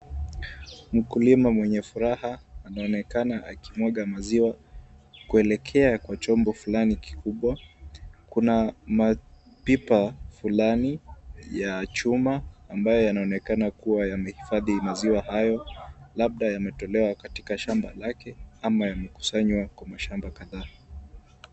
Mkulima mwenye furaha anaoenakana akimwaga maziwa kuelekea kwa chombo fulani kikubwa. Kuna mapipa fulani ya chuma ambayo yanaoenekana kuwa yamehifadhi maziwa hayo labda yametolewa katika shamba lake ama yamekusanywa kwa mashamba kadhaa.